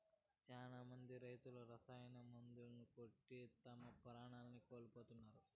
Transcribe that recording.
శ్యానా మంది రైతులు రసాయన మందులు కొట్టి తమ ప్రాణాల్ని కోల్పోతున్నారు